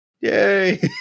yay